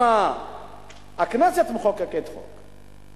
אם הכנסת מחוקקת חוק,